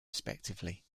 respectively